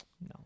No